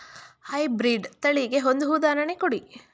High breed ತಳಿಗೆ ಒಂದು ಉದಾಹರಣೆ ಕೊಡಿ?